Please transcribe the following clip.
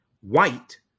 white